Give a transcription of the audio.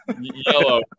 Yellow